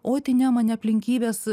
oi tai ne mane aplinkybės